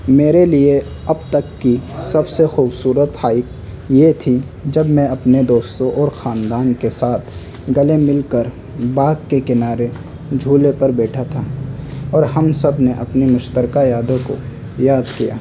میرے لیے اب تک کی سب سے خوبصورت ہائیک یہ تھی جب میں اپنے دوستوں اور خاندان کے ساتھ گلے مل کر باغ کے کنارے جھولے پر بیٹھا تھا اور ہم سب نے اپنی مشترکہ یادوں کو یاد کیا